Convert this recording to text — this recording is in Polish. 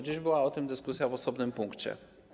Dziś była o tym dyskusja w osobnym punkcie.